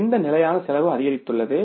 எந்த நிலையான செலவு அதிகரித்துள்ளது